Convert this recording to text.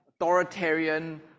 authoritarian